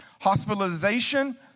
hospitalization